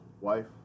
wife